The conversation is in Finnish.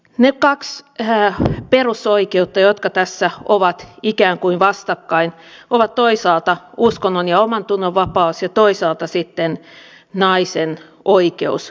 ne kaksi perusoikeutta jotka tässä ovat ikään kuin vastakkain ovat toisaalta uskonnon ja omantunnonvapaus ja toisaalta sitten naisen oikeus raskaudenkeskeytykseen